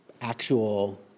actual